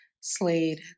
Slade